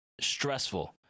stressful